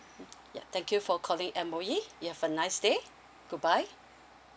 mm ya thank you for calling M_O_E you have a nice day goodbye